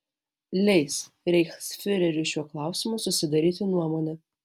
leis reichsfiureriui šiuo klausimu susidaryti nuomonę